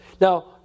Now